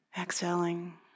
Exhaling